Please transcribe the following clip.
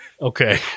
Okay